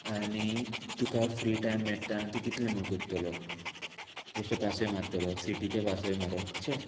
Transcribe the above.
आनी तुका free time मेट्टा ना तूं कितलें म्हूण कोत्तोलो बेश्टे पासोय मात्तलो सिटीचे पासय मारप चे